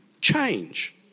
change